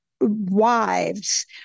wives